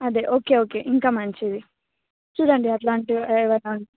అదే okay okay ఇంకా మంచిది చూడండి అట్లాంటివి ఏవైనా